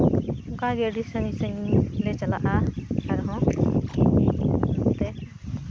ᱚᱱᱠᱟᱜᱮ ᱟᱹᱰᱤ ᱥᱟᱺᱜᱤᱧ ᱥᱟᱺᱜᱤᱧ ᱞᱮ ᱪᱟᱞᱟᱜᱼᱟ ᱟᱨᱦᱚᱸ ᱚᱱᱛᱮ